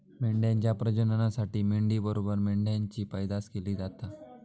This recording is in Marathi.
मेंढ्यांच्या प्रजननासाठी मेंढी बरोबर मेंढ्यांची पैदास केली जाता